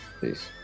Peace